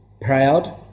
proud